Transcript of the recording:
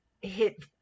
hit